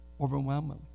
overwhelmingly